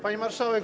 Pani Marszałek!